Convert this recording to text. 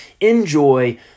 enjoy